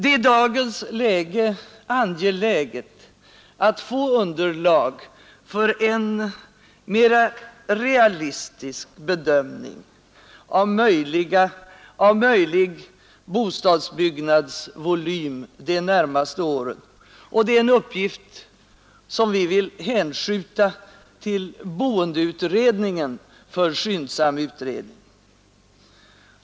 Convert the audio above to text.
Det är i dagens läge angeläget att få underlag för en mera realistisk bedömning av dylik bostadsbyggnadsvolym de närmaste åren, och det är en uppgift som vi vill hänskjuta till boendeutredningen för skyndsam utredning.